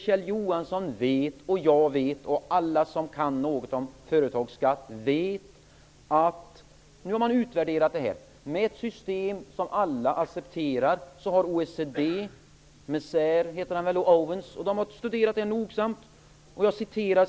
Kjell Johansson vet, jag vet och alla som kan något om företagsskatt vet att nu har man utvärderat det här. OECD har studerat det här nogsamt med ett system som alla accepterar.